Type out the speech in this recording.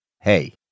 Hey